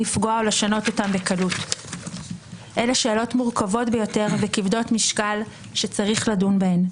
זאת השאלה כבדת המשקל שמונחת לפתחה של הכנסת.